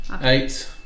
Eight